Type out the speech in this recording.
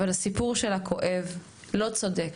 הסיפור שלה כואב, לא צודק